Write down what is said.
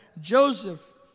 Joseph